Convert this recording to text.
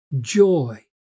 joy